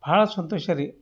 ಭಾಳ ಸಂತೋಷ ರೀ